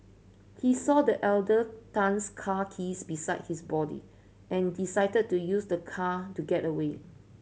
he saw the elder Tan's car keys beside his body and decided to use the car to get away